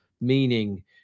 Meaning